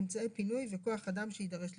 אמצעי פינוי וכוח אדם שיידרש לכך.